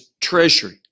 treasury